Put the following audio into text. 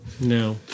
No